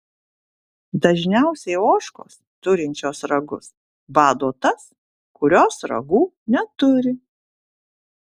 dažniausiai ožkos turinčios ragus bado tas kurios ragų neturi